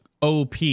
OP